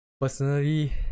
personally